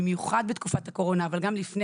במיוחד בתקופת הקורונה אבל גם לפני